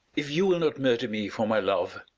if you will not murder me for my love,